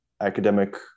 academic